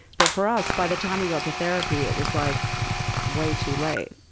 but for us, by the time we got to therapy, it was like way too late.